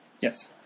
Yes